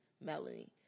Melanie